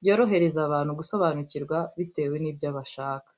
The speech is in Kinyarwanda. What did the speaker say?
byorohereza abantu gusobanukirwa bitewe n'ibyo bashaka.